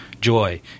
joy